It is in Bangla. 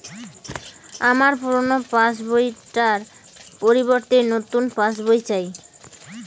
আমার পুরানো পাশ বই টার পরিবর্তে নতুন পাশ বই চাই